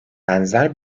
benzer